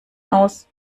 aus